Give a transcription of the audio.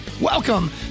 Welcome